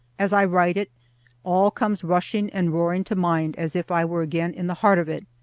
as i write it all comes rushing and roaring to mind as if i were again in the heart of it.